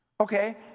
Okay